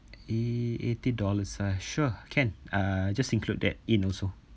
uh eighty dollars ah sure can uh just include that in also